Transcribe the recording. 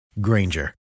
granger